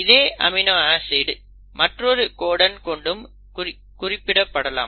இதே amino acid மற்றொரு codon கொண்டும் குறிக்கப்படலாம்